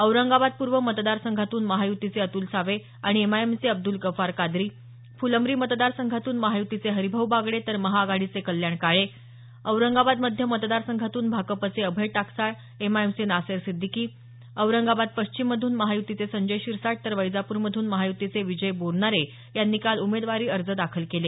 औरंगाबाद पूर्व मतदार संघातून महायुतीचे अतुल सावे आणि एमआयएमचे अब्दुल गफ्फार कादरी फुलंब्री मतदार संघातून महायुतीचे हरिभाऊ बागडे तर महाआघाडीचे कल्याण काळे औरंगाबाद मध्य मतदार संघातून भाकपचे अभय टाकसाळ एमआयएमचे नासेर सिद्धिकी औरंगाबाद पश्चिममधून महायुतीचे संजय शिरसाट तर वैजापूरमधून महायुतीचे विजय बोरनारे यांनी काल उमेदवारी अर्ज दाखल केले